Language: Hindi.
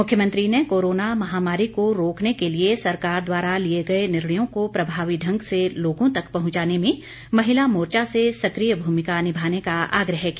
मुख्यमंत्री ने कोरोना महामारी को रोकने के लिए सरकार द्वारा लिए गए निर्णयों को प्रभावी ढंग से लोगों तक पहुंचाने में महिला मोर्चा से सक्रिय भूमिका निभाने का आग्रह किया